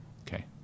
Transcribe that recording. Okay